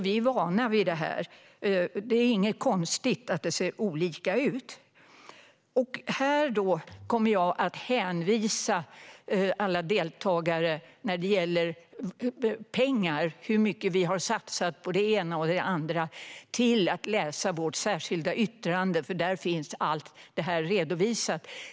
Vi är vana vid detta, och det är inget konstigt att det ser olika ut. I fråga om hur mycket vi har satsat i pengar på det ena och det andra hänvisar jag alla deltagare till att läsa vårt särskilda yttrande. Där finns allt redovisat.